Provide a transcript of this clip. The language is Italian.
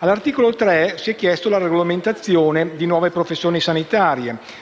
all'articolo 3 si è chiesta la regolamentazione di nuove professioni sanitarie: